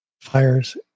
Fires